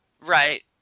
right